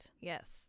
Yes